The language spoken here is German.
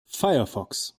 firefox